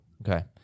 Okay